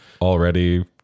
already